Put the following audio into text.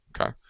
Okay